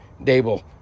Dable